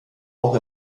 auch